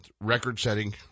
record-setting